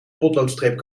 potloodstreep